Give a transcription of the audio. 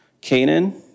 Canaan